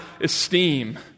esteem